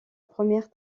première